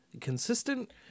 consistent